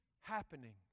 happening